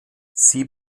sie